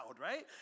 right